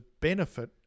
benefit